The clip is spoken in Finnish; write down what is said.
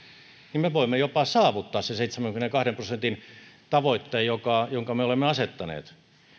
niin me voimme saavuttaa jopa sen seitsemänkymmenenkahden prosentin tavoitteen jonka me olemme asettaneet